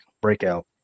breakout